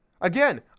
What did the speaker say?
again